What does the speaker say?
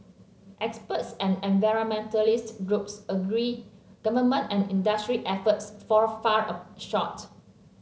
experts and environmentalist groups agree government and industry efforts fall a far of short